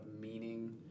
meaning